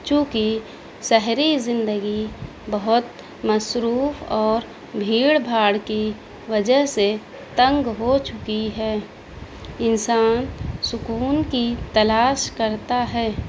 چوںکہ سہری زندگی بہت مصروف اور بھیڑ بھاڑ کی وجہ سے تنگ ہو چکی ہے انسان سکون کی تلاش کرتا ہے